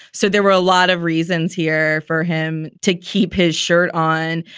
so there were a lot of reasons here for him to keep his shirt on.